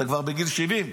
אתה כבר בגיל 70,